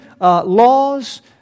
laws